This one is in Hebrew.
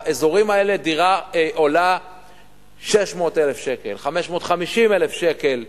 באזורים האלה דירה עולה 600,000 שקל, 550,000 שקל,